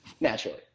naturally